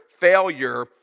failure